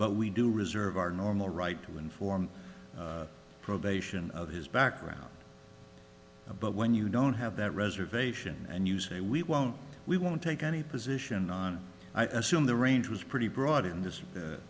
but we do reserve our normal right to inform probation of his background but when you don't have that reservation and you say we won't we won't take any position on i assume the range was pretty broad in this